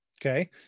Okay